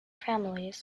families